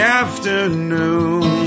afternoon